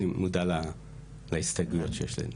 אני מודע להסתייגויות שיש להם